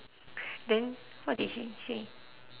then what did she say